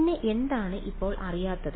പിന്നെ എന്താണ് ഇപ്പോൾ അറിയാത്തത്